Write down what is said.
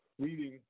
reading